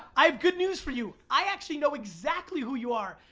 i have good news for you. i actually know exactly who you are!